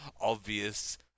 obvious